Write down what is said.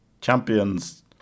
champions